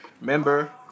remember